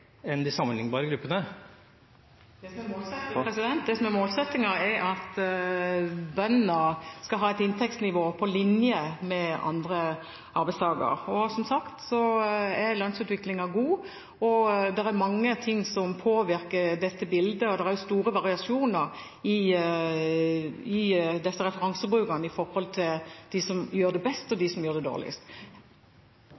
de sammenlignbare gruppene? Det som er målsettingen, er at bønder skal ha et inntektsnivå på linje med andre arbeidstakere. Som sagt er lønnsutviklingen god. Det er mange ting som påvirker dette bildet, og det er også store variasjoner i disse referansebrukene med hensyn til dem som gjør det best, og dem som gjør det dårligst.